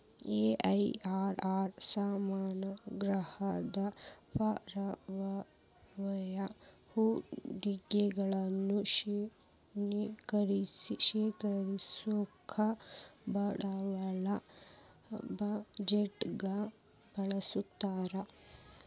MIRR ಸಮಾನ ಗಾತ್ರದ ಪರ್ಯಾಯ ಹೂಡಿಕೆಗಳನ್ನ ಶ್ರೇಣೇಕರಿಸೋಕಾ ಬಂಡವಾಳ ಬಜೆಟ್ನ್ಯಾಗ ಬಳಸ್ತಾರ